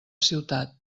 ciutat